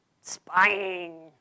spying